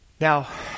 Now